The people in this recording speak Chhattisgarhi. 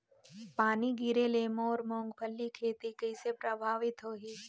पानी गिरे ले मोर मुंगफली खेती कइसे प्रभावित होही?